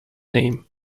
name